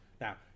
now